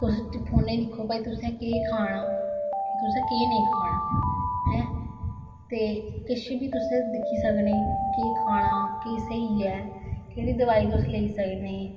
तुस फोने च दिक्खो जी तुसें केह् खाना तुसें केह् नेईं खाना ऐ ते किश बी तुस दिक्खी सकने केह् खाना के्ह स्हेई केह्ड़ी दवाई तुस लेई सकने ओ